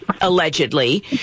allegedly